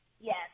Yes